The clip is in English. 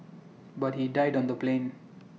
but he died on the plane